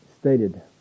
stated